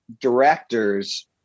directors